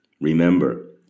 Remember